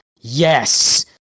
Yes